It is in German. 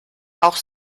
auch